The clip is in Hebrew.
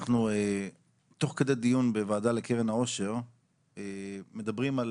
אנחנו תוך כדי דיון בוועדה לקרן העושר מדברים על